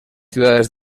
ciudades